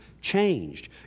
changed